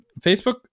Facebook